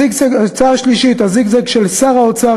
ההצעה השלישית: הזיגזג של שר האוצר,